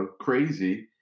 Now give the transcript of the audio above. crazy